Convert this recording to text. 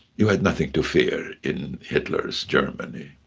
you had nothing to fear in hitler's germany.